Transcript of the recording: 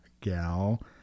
gal